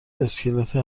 اسکلت